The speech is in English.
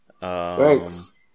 Thanks